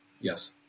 Yes